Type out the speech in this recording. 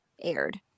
aired